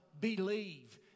believe